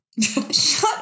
Shut